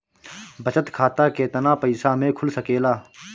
बचत खाता केतना पइसा मे खुल सकेला?